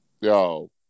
Yo